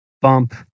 bump